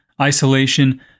isolation